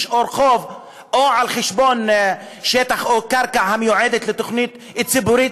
או רחוב או על חשבון שטח או קרקע המיועדים לתוכנית ציבורית.